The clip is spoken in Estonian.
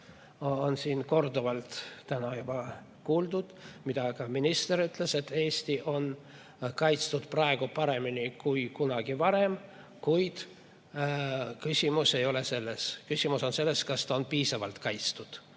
on siin korduvalt täna juba kuuldud ja mida ka minister ütles: Eesti on kaitstud praegu paremini kui kunagi varem. Kuid küsimus ei ole selles. Küsimus on selles, kas ta on piisavalt kaitstud,